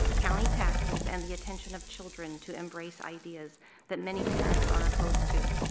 county taxes and the attention of children to embrace ideas that many parents are opposed to.